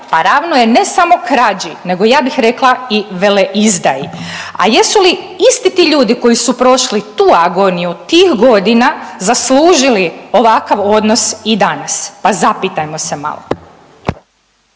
pa ravno je ne samo krađi nego ja bih rekla i veleizdaji. A jesu li isti ti ljudi koji su prošli tu agoniju tih godina zaslužili ovakav odnos i danas? Pa zapitajmo se malo?